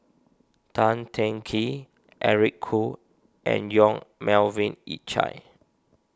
Tan Teng Kee Eric Khoo and Yong Melvin Yik Chye